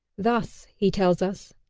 thus, he tells us,